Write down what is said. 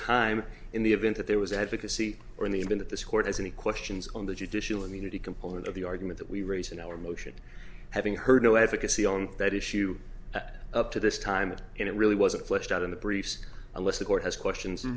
time in the event that there was advocacy or in the event of this court has any questions on the judicial immunity component of the argument that we raise in our motion having heard no advocacy on that issue up to this time that it really wasn't fleshed out in the briefs unless the court has questions and